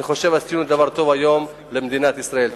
אני חושב שעשינו היום דבר טוב למדינת ישראל.